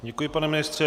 Děkuji, pane ministře.